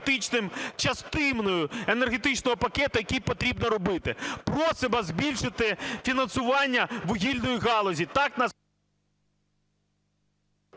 енергетичною частиною енергетичного пакету, який потрібно робити. Просимо збільшити фінансування вугільної галузі…